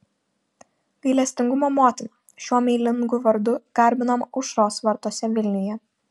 gailestingumo motina šiuo meilingu vardu garbinama aušros vartuose vilniuje